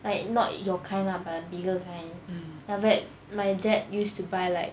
like not your kind lah but bigger kind then after that my dad used to buy like